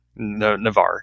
Navar